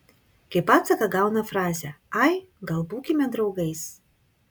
kaip atsaką gauna frazę ai gal būkime draugais